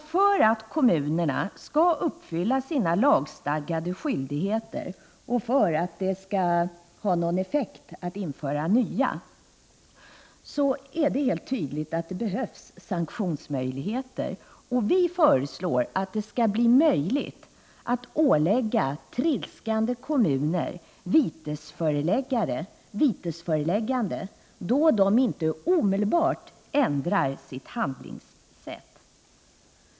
För att kommunerna skall uppfylla sina lagstadgade skyldigheter och för att införandet av nya lagar skall ha någon effekt, är det helt tydligt att det behövs sanktionsmöjligheter. Vi föreslår att det skall bli möjligt att ålägga trilskande kommuner vitesföreläggande, då de inte omedelbart ändrar sitt handlingssätt.